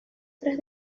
tres